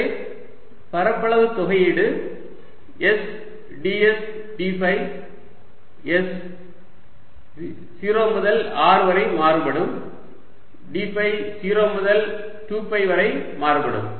எனவே பரப்பளவு தொகையீடு s ds d phi s 0 முதல் R வரை மாறுபடும் d ஃபை 0 முதல் 2 பை வரை மாறுபடும்